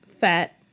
fat